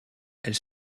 elles